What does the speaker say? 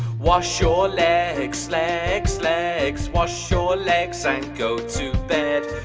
wash your legs, legs, legs. wash your legs and go to bed.